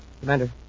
Commander